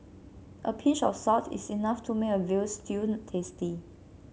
a pinch of salt is enough to make a veal stew tasty